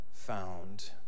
found